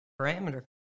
parameter